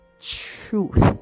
truth